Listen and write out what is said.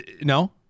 no